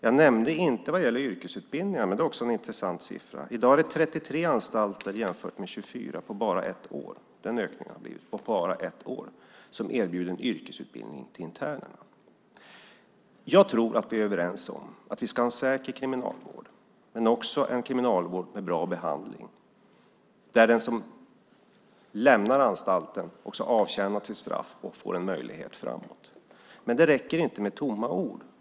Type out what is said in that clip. Jag nämnde inte siffran för yrkesutbildningarna som också är intressant. I dag finns det 33 anstalter jämfört med 24 för ett år sedan. På bara ett år erbjuds internerna så mycket mer yrkesutbildning. Jag tror att vi är överens om att vi ska ha en säker kriminalvård men också en kriminalvård med bra behandling så att den som lämnar anstalten och som har avtjänat sitt straff får en möjlighet framåt. Men det räcker inte med bara tomma ord.